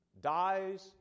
Dies